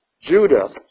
Judah